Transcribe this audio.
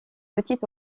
petites